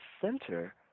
center